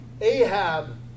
Ahab